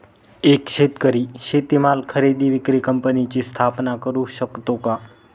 एक शेतकरी शेतीमाल खरेदी विक्री कंपनीची स्थापना करु शकतो का?